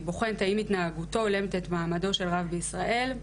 בוחנת האם התנהגותו הולמת את מעמדו של רב בישראל.